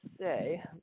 say